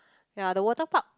ya the water park